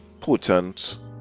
potent